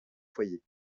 foyers